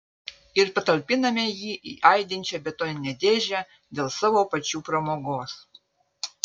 ir patalpiname jį į aidinčią betoninę dėžę dėl savo pačių pramogos